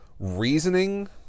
reasoning